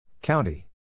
County